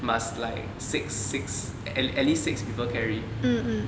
must like six six at at least six people carry